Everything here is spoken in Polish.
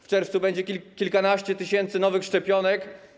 W czerwcu będzie kilkanaście tysięcy nowych szczepionek.